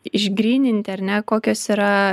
išgryninti ar ne kokios yra